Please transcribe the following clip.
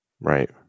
right